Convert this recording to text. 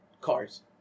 cars